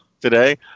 today